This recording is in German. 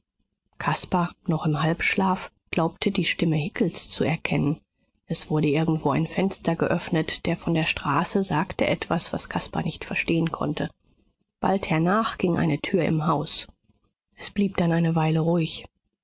caspar noch im halbschlaf glaubte die stimme hickels zu erkennen es wurde irgendwo ein fenster geöffnet der von der straße sagte etwas was caspar nicht verstehen konnte bald hernach ging eine tür im haus es blieb dann eine weile ruhig